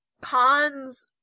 Cons